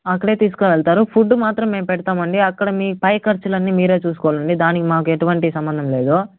అక్కడే తీసుకువెళ్తారు ఫుడ్డు మాత్రం మేము పెడతామండి అక్కడ మీ పై ఖర్చులన్నీ మీరే చూసుకోవాలండి దానికి మాకెటువంటి సంబంధం లేదు